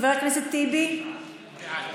בעד,